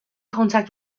contact